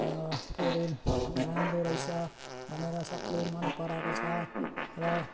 के हरे राम्रो रहेछ भनेर सबले मन पराएको छ र